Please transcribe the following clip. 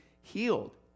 healed